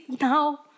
now